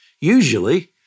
Usually